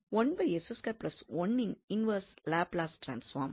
எனவே யின் inverse Laplace transform